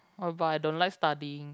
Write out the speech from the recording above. oh but I don't like studying